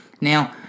Now